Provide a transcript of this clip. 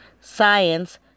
science